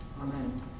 Amen